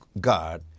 God